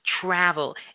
travel